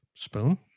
Spoon